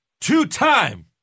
two-time